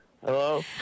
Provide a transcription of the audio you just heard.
hello